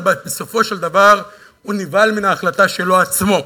אבל בסופו של דבר הוא נבהל מן ההחלטה שלו עצמו,